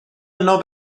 yno